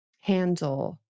handle